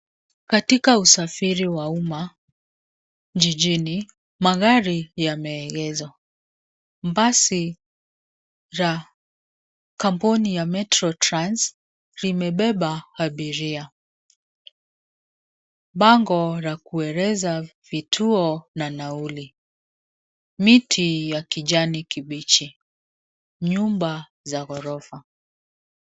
Katika usafiri wa ummma jijini magari yameegezwa. Basi la kampuni ya Metro Trans limebeba abiria. Bango la kueleza vituo na nauli. Miti ya kijani kibichi. Nyumba ya ghorofa.